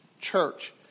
church